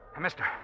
Mister